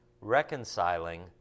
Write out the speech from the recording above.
reconciling